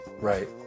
Right